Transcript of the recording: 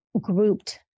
grouped